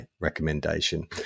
recommendation